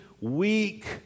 weak